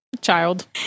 child